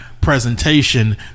presentation